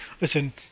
listen